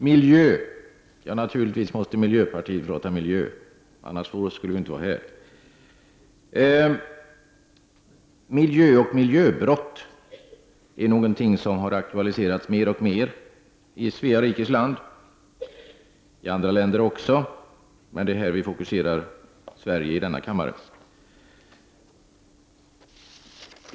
Herr talman! Miljö — naturligvis måste miljöpartiet tala om miljö, annars skulle vi ju inte vara här. Miljö och miljöbrott är någonting som mer och mer har aktualiserats i Svea rike och även i andra länder, men fokuseringen i denna kammare ligger på Sverige.